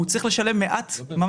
הוא צריך לשלם מעט כסף,